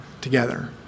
together